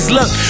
Look